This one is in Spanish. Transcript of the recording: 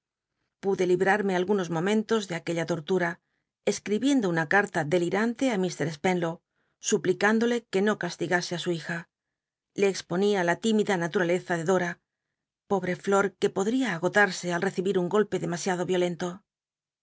pude librarme algunos momentos de aquella lo t'tnra escribiendo una carta delirante á mr spenlow suplic índole ue no castigase i su hija le cxponia la tímida naturaleza de dota pobtc llot qne podría agotarse al recibir un golpe demasiado violento